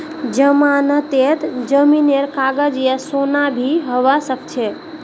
जमानतत जमीनेर कागज या सोना भी हबा सकछे